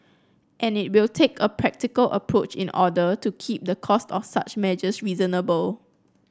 and it will take a practical approach in order to keep the cost of such measures reasonable